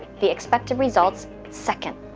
the expected results second.